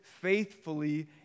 faithfully